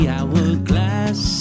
Hourglass